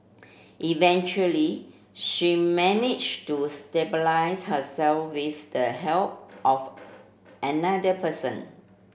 eventually she managed to stabilise herself with the help of another person